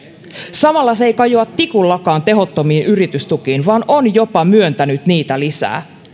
samalla se ei kajoa tikullakaan tehottomiin yritystukiin vaan on jopa myöntänyt niitä lisää